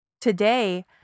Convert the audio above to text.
Today